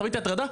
חוויתי הטרדה,